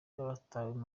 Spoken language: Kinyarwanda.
batabwa